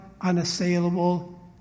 unassailable